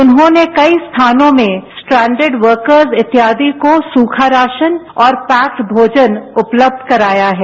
उन्होंने कई स्थानों में स्ट्रेडेड वर्कर इत्यादि को सूखा राशन और पैक भोजन उपलब्ध कराया है